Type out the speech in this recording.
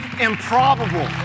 improbable